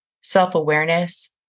self-awareness